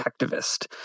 activist